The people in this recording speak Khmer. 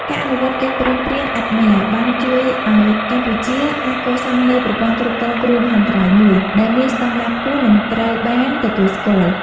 ការអនុវត្តកិច្ចព្រមព្រៀងអាត់ម៊ែរ(AADMER) បានជួយឱ្យកម្ពុជាអាចកសាងនូវប្រព័ន្ធគ្រប់គ្រងគ្រោះមហន្តរាយមួយ ដែលមានស្តង់ដារខ្ពស់ និងត្រូវបានទទួលស្គាល់។